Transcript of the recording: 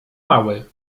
mały